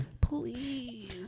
Please